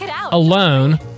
alone